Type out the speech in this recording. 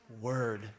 word